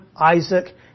Isaac